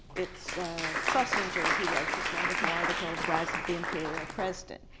it's schlesinger who wrote this wonderful article, the rise of the imperial president,